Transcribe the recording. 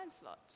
slot